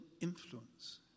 influence